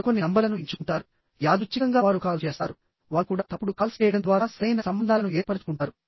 వారు కొన్ని నంబర్లను ఎంచుకుంటారు యాదృచ్ఛికంగా వారు కాల్ చేస్తారువారు కూడా తప్పుడు కాల్స్ చేయడం ద్వారా సరైన సంబంధాలను ఏర్పరచుకుంటారు